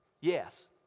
Yes